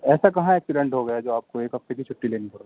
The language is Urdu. ایسا کہاں ایکسیڈنٹ ہو گیا جو آپ کو ایک ہفتے کی چھٹی لینی پڑ رہی ہے